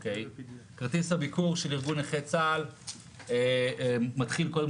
כרטיס הביקור של ארגון נכי צה"ל מתחיל קודם